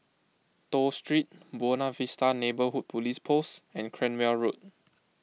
Toh Street Buona Vista Neighbourhood Police Post and Cranwell Road